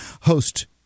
host